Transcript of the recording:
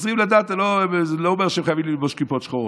"חוזרים לדת" לא אומר שהם חייבים לחבוש כיפות שחורות.